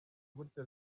gutya